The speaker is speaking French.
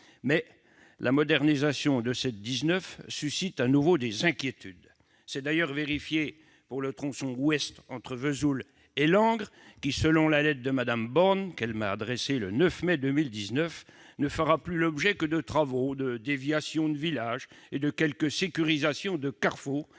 la modernisation de la RN19 suscite de nouveau des inquiétudes. Celles-ci se sont d'ailleurs vérifiées pour le tronçon ouest entre Vesoul et Langres qui, selon la lettre que Mme Borne m'a adressée le 9 mai 2019, ne fera plus l'objet que de travaux de déviations de villages et de sécurisations de carrefours.